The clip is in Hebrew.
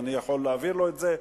אני יכול להעביר לו את זה,